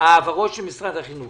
העברות של משרד החינוך.